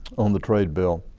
on the trade bill.